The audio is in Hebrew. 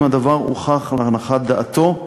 אם הדבר הוכח להנחת דעתו,